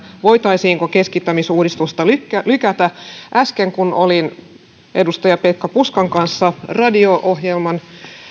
voitaisiinko keskittämisuudistusta lykätä lykätä äsken kun olin edustaja pekka puskan kanssa radio ohjelman